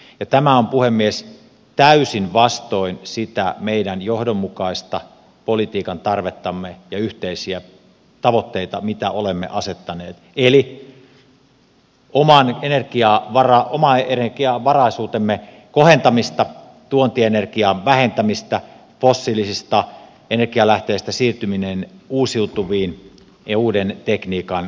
tämä on puhemies täysin vastoin sitä meidän johdonmukaisen politiikan tarvettamme ja yhteisiä tavoitteita mitä olemme asettaneet eli omaenergiavaraisuutemme kohentamista tuontienergian vähentämistä siirtymistä fossiilisista energialähteistä uusiutuviin ja uuden tekniikan käyttöönottoon